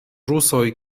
rusoj